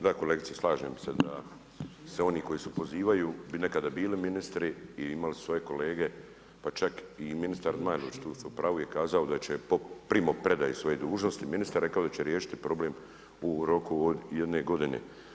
Da kolegice, slažem se da se oni koji se pozivaju bi nekada bili ministri i imali su svoje kolege pa čak i ministar Zmajlović, tu ste u pravu je kazao da će po primopredaji svoje dužnosti ministra rekao da će riješiti problem u roku od jedne godine.